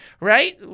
right